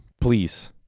please